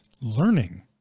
learning